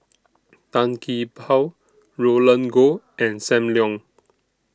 Tan Gee Paw Roland Goh and SAM Leong